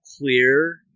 clear